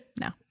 No